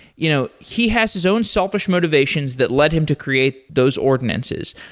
you know he has his own selfish motivations that led him to create those ordinances,